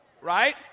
Right